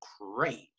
great